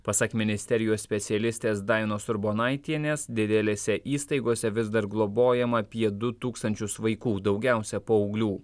pasak ministerijos specialistės dainos urbonaitienės didelėse įstaigose vis dar globojama apie du tūkstančius vaikų daugiausia paauglių